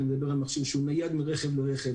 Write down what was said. אני מדבר על מכשיר שהוא נייד מרכב לרכב,